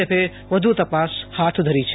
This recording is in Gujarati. એફએ વધુ તપાસ હાથ ધરી છે